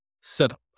setup